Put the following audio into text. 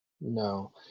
No